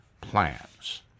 plans